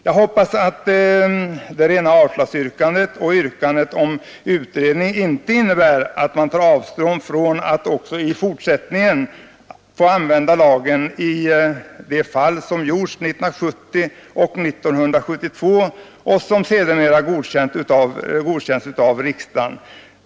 Jag hoppas att det rena avslagsyrkandet och yrkandet om utredning inte innebär att man tar avstånd från att Kungl. Maj:t också i fortsättningen skall få använda lagen i sådana fall som föranledde att den tillämpades 1970 och 1972 och där tillämpningen sedermera godkändes av riksdagen.